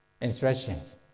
instructions